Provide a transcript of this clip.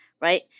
right